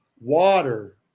water